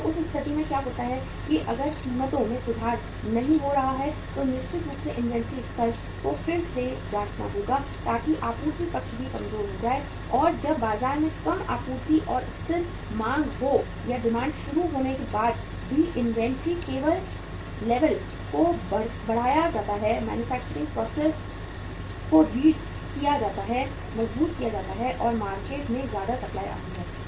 तो उस स्थिति में क्या होता है कि अगर कीमतों में सुधार नहीं हो रहा है तो निश्चित रूप से इन्वेंट्री स्तर को फिर से जांचना होगा ताकि आपूर्ति पक्ष भी कमजोर हो जाए और जब बाजार में कम आपूर्ति और स्थिर मांग हो या डिमांड शुरू होने के बाद ही इन्वेंट्री लेवल को बढ़ाया जाता है मैन्युफैक्चरिंग प्रोसेस को रीड किया जाता है मजबूत किया जाता है और मार्केट में ज्यादा सप्लाई आती है